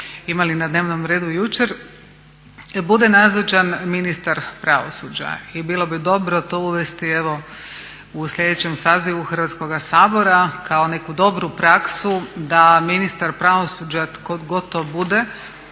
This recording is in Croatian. imali na dnevnom redu jučer, bude nazočan ministar pravosuđa. I bilo bi dobro to uvesti evo u sljedećem sazivu Hrvatskoga sabora kao neku dobru praksu da ministar pravosuđa tko god to bude